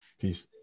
peace